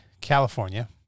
California